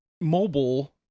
mobile